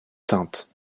teintes